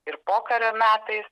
ir pokario metais